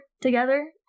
together